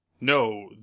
No